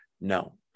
No